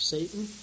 Satan